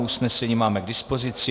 Usnesení máme k dispozici.